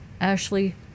Ashley